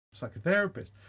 psychotherapist